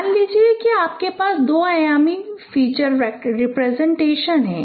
मान लीजिए कि आपके पास दो आयामी फ़ीचर रिप्रजेंटेशन है